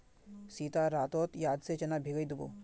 सीता रातोत याद से चना भिगइ दी बो